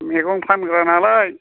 मैगं फानग्रा नालाय